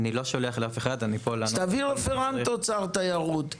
תביא רפרנט אוצר תיירות,